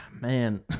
man